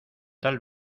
tal